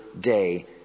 day